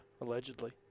Allegedly